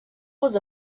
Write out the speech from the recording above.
was